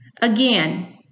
Again